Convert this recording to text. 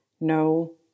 no